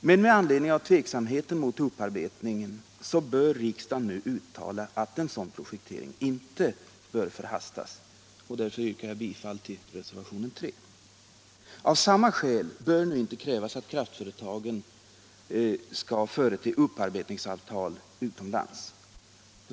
Med anledning av tveksamheten mot upparbetning bör riksdagen nu uttala att en sådan projektering inte bör förhastas. Jag yrkar därför bifall till reservationen 3. Av samma skäl bör det nu inte krävas av kraftverksföretagen att de skall förete upparbetningsavtal utomlands.